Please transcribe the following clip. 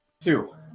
Two